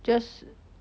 just